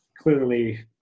clearly